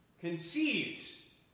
conceives